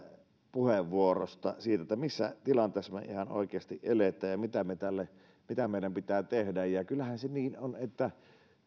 puheenvuorosta siitä missä tilanteessa me ihan oikeasti elämme ja mitä meidän pitää tehdä kyllähän se niin on että